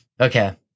Okay